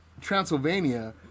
Transylvania